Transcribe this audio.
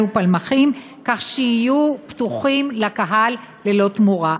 ופלמחים כך שיהיו פתוחים לקהל ללא תמורה.